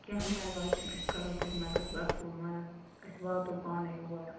کیٚنہہ پَرواے چھُنہٕ أسۍ کرو تۄہہِ مدت بھرپوٗر مَدت أسۍ واتو پانَے اور